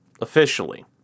officially